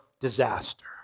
disaster